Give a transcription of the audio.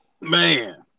man